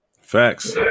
Facts